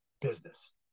business